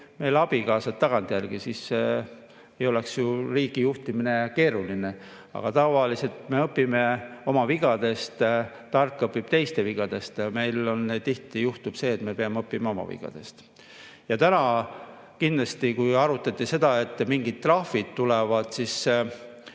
meie abikaasad tagantjärgi, siis ei oleks ju riigi juhtimine keeruline. Aga tavaliselt me õpime oma vigadest. Tark õpib teiste vigadest, meil juhtub tihti see, et me peame õppima oma vigadest. Täna arutati seda, et mingid trahvid tulevad. Mina